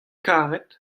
karet